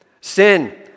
sin